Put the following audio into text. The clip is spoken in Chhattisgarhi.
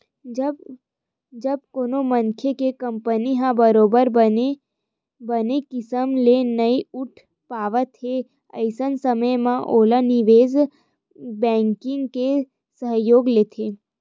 जब कोनो मनखे के कंपनी ह बरोबर बने किसम ले नइ उठ पावत हे अइसन समे म ओहा निवेस बेंकिग के सहयोग लेथे